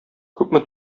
күпме